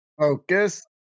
focus